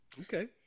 Okay